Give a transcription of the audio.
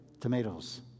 tomatoes